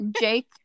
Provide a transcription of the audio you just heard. Jake